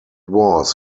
was